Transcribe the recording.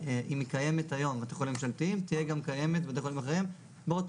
לא היינו צריכים לראות בבתי חולים מסוימים כבר